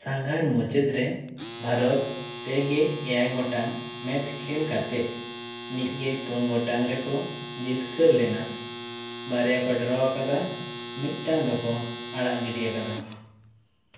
ᱥᱟᱸᱜᱷᱟᱨ ᱢᱩᱪᱟᱹᱫ ᱨᱮ ᱵᱷᱟᱨᱚᱛ ᱯᱮᱜᱮ ᱮᱭᱟᱭ ᱜᱚᱴᱟᱝ ᱢᱮᱪ ᱠᱷᱮᱹᱞ ᱠᱟᱛᱮᱜ ᱢᱤᱫᱜᱮ ᱯᱩᱱ ᱜᱚᱴᱟᱝ ᱨᱮᱠᱚ ᱡᱤᱛᱠᱟᱹᱨ ᱞᱮᱱᱟ ᱵᱟᱨᱭᱟ ᱠᱚ ᱰᱨᱚ ᱟᱠᱟᱫᱟ ᱢᱤᱫᱴᱟᱝ ᱫᱚᱠᱚ ᱟᱲᱟᱜ ᱜᱤᱰᱤ ᱟᱠᱟᱫᱟ